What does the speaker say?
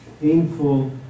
painful